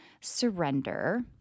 surrender